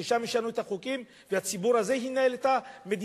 ששם ישנו את החוקים והציבור הזה ינהל את המדינה?